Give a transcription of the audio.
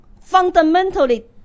fundamentally